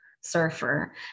surfer